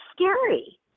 scary